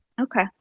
Okay